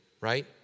right